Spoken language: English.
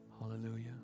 Hallelujah